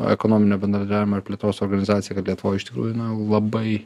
ekonominio bendradarbiavimo ir plėtros organizacija kad lietuvoj iš tikrųjų labai